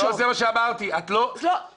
לא זה מה שאמרתי, את לא, אני